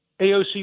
AOC